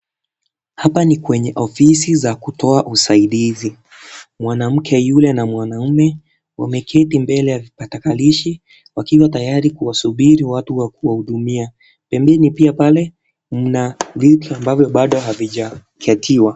Hapa ni kwenye ofisi za kutoa usaidizi , mwanamke yule na mwanaume wameketi mbele ya vipakatalishi wakiwa tayari kuwasubiri watu wa kuwahudumia , pembeni pia pale mna viti ambavyo bado havijaketiwa.